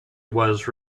was